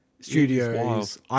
Studios